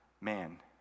man